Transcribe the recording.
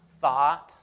thought